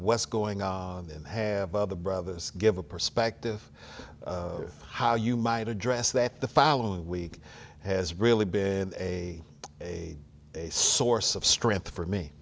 what's going on and have other brothers give a perspective of how you might address that the following week has really been a a source of strength for me